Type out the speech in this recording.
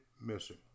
missing